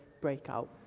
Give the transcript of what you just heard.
Breakout